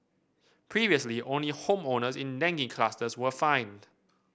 previously only home owners in dengue clusters were fined